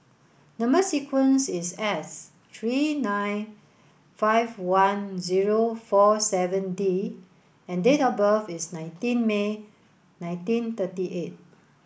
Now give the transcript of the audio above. number sequence is S three eight five one zero four seven D and date of birth is nineteen May nineteen thirty eight